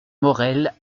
morel